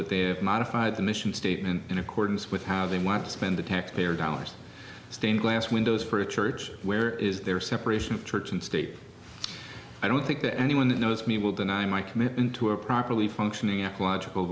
that they have modified the mission statement in accordance with how they want to spend the taxpayer dollars stained glass windows for a church where is their separation of church and state i don't think the anyone that knows me will deny my commitment to a properly functioning ecological